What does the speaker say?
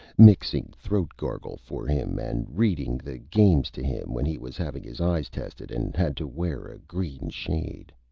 mixing throat gargle for him and reading the games to him when he was having his eyes tested and had to wear a green shade.